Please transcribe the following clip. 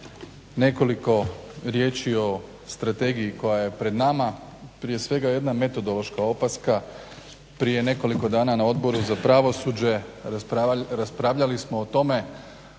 Nekoliko riječi o strategiji koja je pred nama, prije svega jedna metodološka opaska. Prije nekoliko dana na Odboru za pravosuđe raspravljali smo o tome